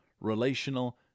relational